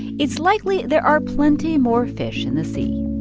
it's likely there are plenty more fish in the sea